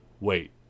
wait